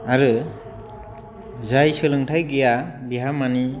आरो जाय सोलोंथाय गैया बेहा माने